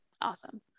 Awesome